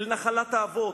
אל נחלת האבות,